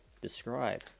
describe